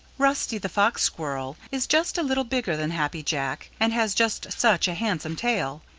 rusty the fox squirrel is just a little bigger than happy jack and has just such a handsome tail.